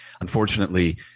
Unfortunately